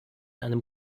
einem